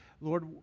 Lord